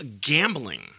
gambling